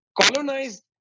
colonized